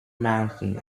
mountain